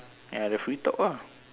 and the free talk lah